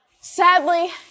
Sadly